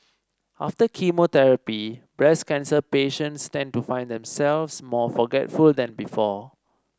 after chemotherapy breast cancer patients tend to find themselves more forgetful than before